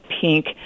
Pink